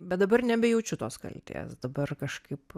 bet dabar nebejaučiu tos kaltės dabar kažkaip